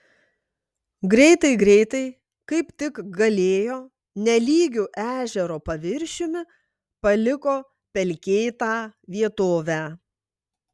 greitai greitai kaip tik galėjo nelygiu ežero paviršiumi paliko pelkėtą vietovę